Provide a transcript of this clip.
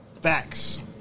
Facts